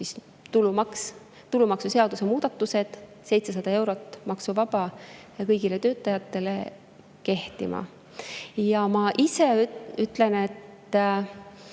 tulumaksuseaduse muudatused – 700 eurot maksuvaba ja kõigile töötajatele – kehtima. Ma ise ütlen, et